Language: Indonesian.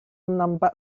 nampak